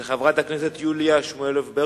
של חברת הכנסת יוליה שמאלוב-ברקוביץ.